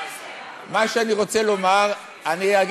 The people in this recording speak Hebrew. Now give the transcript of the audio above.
מה שאני רוצה לומר, אין שום קשר.